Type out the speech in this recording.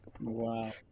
Wow